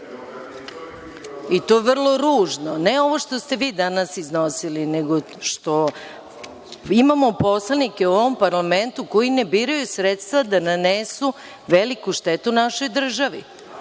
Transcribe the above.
To vrlo ružno. Ne, ovo što ste vi danas iznosili, nego što imamo poslanike u ovom parlamentu koji ne biraju sredstva da nanesu veliku štetu našoj državi,